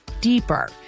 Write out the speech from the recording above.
deeper